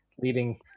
leading